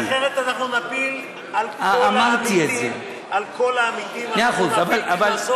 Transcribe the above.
כי אחרת אנחנו נפיל על כל העמיתים, אמרתי את זה.